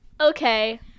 Okay